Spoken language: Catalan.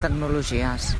tecnologies